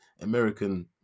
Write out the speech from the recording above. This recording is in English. American